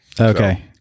Okay